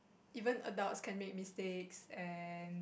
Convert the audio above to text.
even adults can make mistakes and